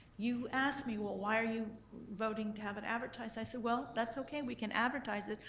you asked me, well, why are you voting to have it advertised, i said, well that's okay, we can advertise it,